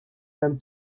them